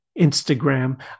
Instagram